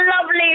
lovely